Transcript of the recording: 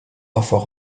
parfois